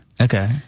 Okay